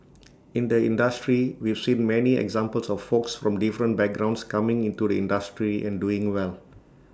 in the industry we've seen many examples of folks from different backgrounds coming into the industry and doing well